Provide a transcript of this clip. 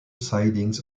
sidings